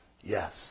Yes